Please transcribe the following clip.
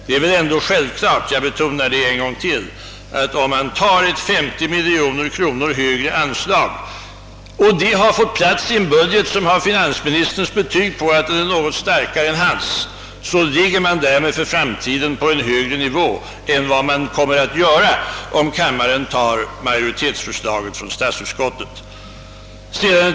Det är väl ändå självklart — jag betonar detta ännu en gång — att om man beslutar om ett 50 miljoner kronor högre anslag och detta får plats i en budget, som har finansministerns betyg att den är något starkare än hans, så ligger man därmed för framtiden på en högre nivå än man kommer att göra om man antar majoritetsförslaget från statsutskottet.